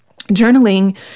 journaling